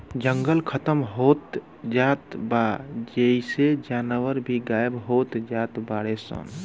जंगल खतम होत जात बा जेइसे जानवर भी गायब होत जात बाडे सन